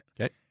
Okay